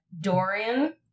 Dorian